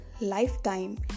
lifetime